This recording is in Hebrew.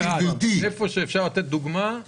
גברתי,